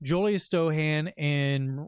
julie stoian, and,